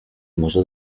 może